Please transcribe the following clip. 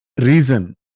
reason